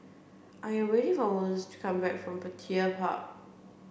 I am waiting for Mose to come back from Petir Park